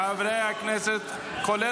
חבר הכנסת שירי.